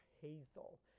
hazel